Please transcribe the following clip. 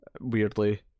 weirdly